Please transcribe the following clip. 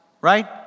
right